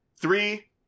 Three